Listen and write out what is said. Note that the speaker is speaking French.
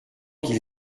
qu’il